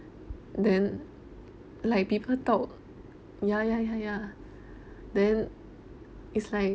then like people talk ya ya ya ya then it's like